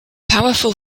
powerful